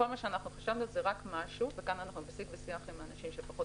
אנחנו חשבנו, ופה אנחנו בשיג ושיח עם אנשים שפחות